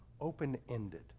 open-ended